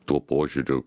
tuo požiūriu